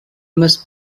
must